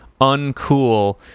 uncool